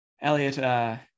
Elliot